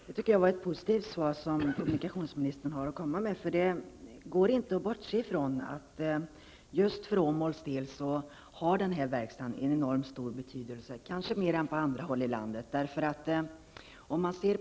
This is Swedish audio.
Herr talman! Det var ett positivt svar som kommunikationsministern kom med. Det går inte att bortse från att den här verkstaden har en enormt stor betydelse för Åmål -- kanske mer än på andra håll i landet.